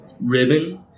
ribbon